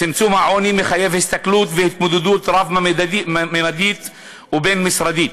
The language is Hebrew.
צמצום העוני מחייב הסתכלות והתמודדות רב-ממדית ובין-משרדית.